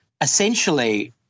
essentially